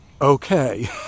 okay